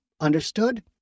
Understood